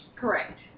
Correct